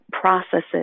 processes